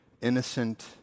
innocent